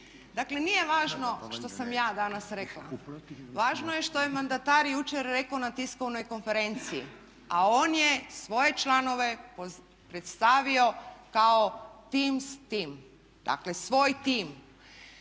Dakle, nije važno što sam ja danas rekla, važno je što je mandatar jučer rekao na tiskovnoj konferenciji, a on je svoje članove predstavio kao Tim's tim. Dakle, svoj tim.